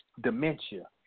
dementia